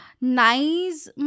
nice